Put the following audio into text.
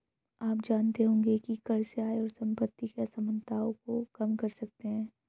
आप जानते होंगे की कर से आय और सम्पति की असमनताओं को कम कर सकते है?